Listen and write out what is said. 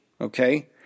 okay